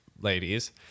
ladies